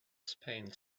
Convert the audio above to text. spain